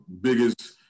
biggest